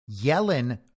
Yellen